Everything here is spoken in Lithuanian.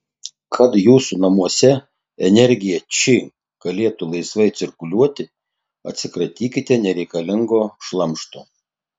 kad jūsų namuose energija či galėtų laisvai cirkuliuoti atsikratykite nereikalingo šlamšto